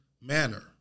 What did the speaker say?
manner